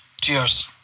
Cheers